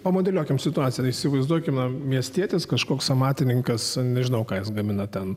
pamodeliuokime situaciją įsivaizduokime miestietis kažkoks amatininkas nežinau ką jis gamina ten